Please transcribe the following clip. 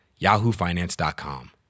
yahoofinance.com